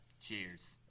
Cheers